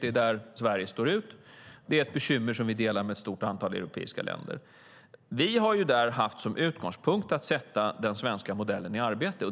Det är där Sverige sticker ut, men det är ett bekymmer som vi delar med ett stort antal europeiska länder. Vi har där haft som utgångspunkt att sätta den svenska modellen i arbete.